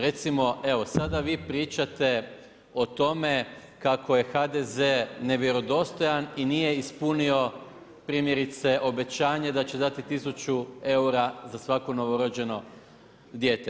Recimo evo sada vi pričate o tome kako je HDZ nevjerodostojan i nije ispunio primjerice obećanje da će dati 1000 eura za svako novorođeno dijete.